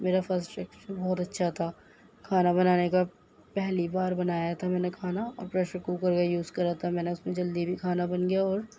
میرا first experience بہت اچھا تھا کھانا بنانے کا پہلی بار بنایا تھا میں نے کھانا اور پریشر کوکر کا یوز کرا تھا میں نے اس میں جلدی بھی کھانا بن گیا اور